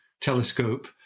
telescope